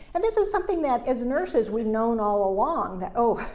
and this is something that, as nurses, we've known all along, that, oh,